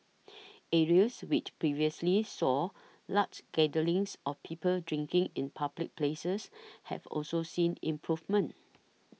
areas which previously saw large gatherings of people drinking in public places have also seen improvements